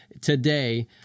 today